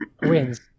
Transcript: wins